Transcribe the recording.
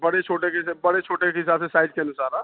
बड़े छोटे जैसे बड़े छोटे के हिसाब से साइज के अनुसार आं